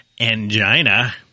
angina